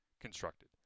constructed